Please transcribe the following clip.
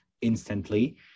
instantly